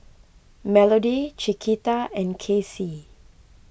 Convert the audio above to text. Melodie Chiquita and Kacie